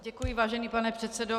Děkuji, vážený pane předsedo.